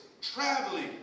traveling